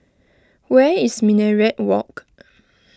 where is Minaret Walk